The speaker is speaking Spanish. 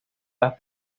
las